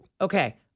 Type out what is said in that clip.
Okay